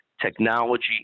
technology